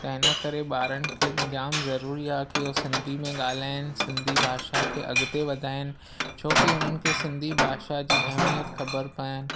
त हिनकरे ॿारनि खे जामु ज़रूरी आहे की हू सिंधी में ॻाल्हाइनि सिंधी भाषा खे अॻिते वधाइनि छोकी हुननि खे सिंधी भाषा जी अहिमियत ख़बर कान्हे